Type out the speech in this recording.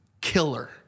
killer